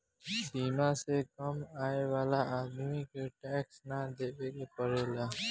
सीमा से कम आय वाला आदमी के टैक्स ना देवेके पड़ेला